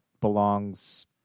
belongs